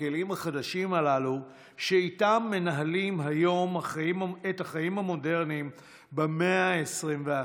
הכלים החדשים הללו שאיתם מנהלים היום את החיים המודרניים במאה ה-21.